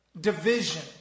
division